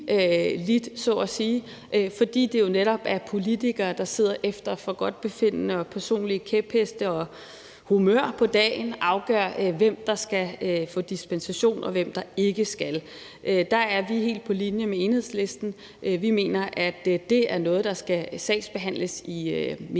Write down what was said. fordi det jo netop er politikere, der sidder og efter forgodtbefindende og personlige kæpheste og humør på dagen afgør, hvem der skal have dispensation, og hvem der ikke skal. Der er vi helt på linje med Enhedslisten. Vi mener, at det er noget, der skal sagsbehandles i ministeriet